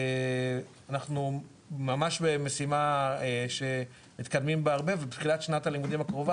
אנחנו ממש במשימה שמתקדמים בה הרבה ובתחילת שנת הלימודים הקרובה